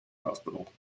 hospital